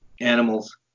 animals